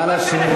רבותי, נא לשבת.